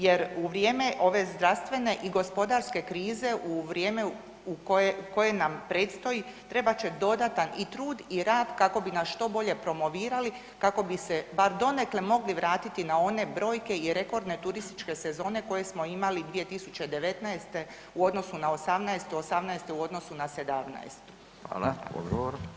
Jer u vrijeme ove zdravstvene i gospodarske krize, u vrijeme u koje, koje nam predstoji trebat će dodatan i trud i rad kako bi nas što bolje promovirali, kako bi se bar donekle mogli vratiti na one brojke i rekordne turističke sezone koje smo imali 2019. u odnosu na '18., '18. u odnosu na '17.